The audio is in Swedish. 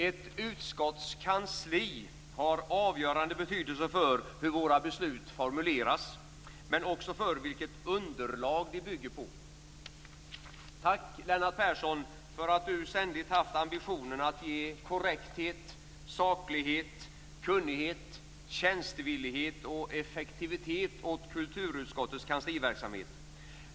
Ett utskotts kansli har avgörande betydelse för hur våra beslut formuleras men också för vilket underlag de bygger på. Tack, Lennart Persson, för att du ständigt haft ambitionen att ge korrekthet, saklighet, kunnighet, tjänstvillighet och effektivitet åt kulturutskottets kansliverksamhet.